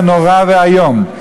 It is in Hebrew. זה נורא ואיום.